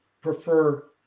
prefer